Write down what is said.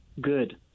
good